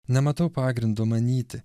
nematau pagrindo manyti